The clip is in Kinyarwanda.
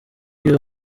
iyo